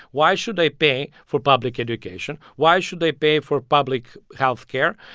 why should they pay for public education? why should they pay for public health care?